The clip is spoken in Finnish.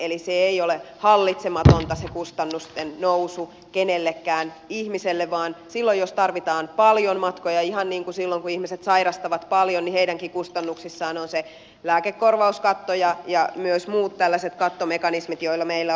eli kustannusten nousu ei ole hallitsematonta kenellekään ihmiselle vaan silloin jos tarvitaan paljon matkoja on se katto ihan niin kuin silloin kun ihmiset sairastavat paljon ja heidänkin kustannuksissaan on se lääkekorvauskatto ja meillä on myös muita tällaisia kattomekanismeja